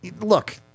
Look